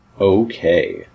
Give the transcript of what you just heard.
Okay